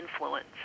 influence